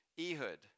Ehud